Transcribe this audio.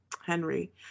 Henry